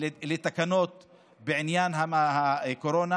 לתקנות בעניין הקורונה.